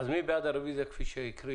מי בעד הרביזיה כפי שהוקראה?